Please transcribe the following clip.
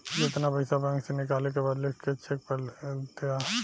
जेतना पइसा बैंक से निकाले के बा लिख चेक पर लिख द